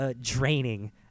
Draining